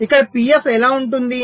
ఇక్కడ Pf ఎలా ఉంటుంది